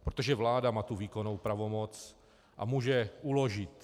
Protože vláda má tu výkonnou pravomoc a může uložit.